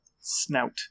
snout